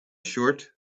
short